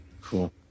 Cool